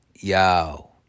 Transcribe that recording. Yo